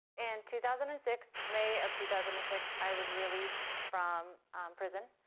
and two thousand and six, may of two thousand and six, i was released from prison.